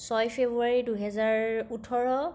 ছয় ফেব্ৰুৱাৰী দুহেজাৰ ওঠৰ